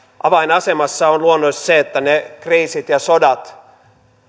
avainasemassa on luonnollisesti se että kriisit ja sodat